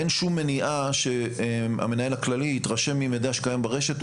אין שום מניעה שהמנהל הכללי יתרשם ממידע שקיים ברשת.